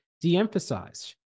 de-emphasized